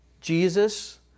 Jesus